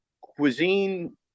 cuisine